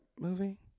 movie